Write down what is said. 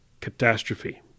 catastrophe